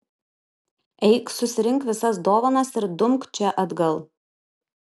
eik susirink visas dovanas ir dumk čia atgal